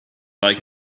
like